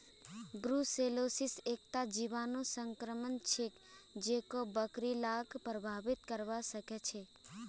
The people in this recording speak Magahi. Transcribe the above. ब्रुसेलोसिस एकता जीवाणु संक्रमण छिके जेको बकरि लाक प्रभावित करवा सकेछे